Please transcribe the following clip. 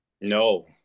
No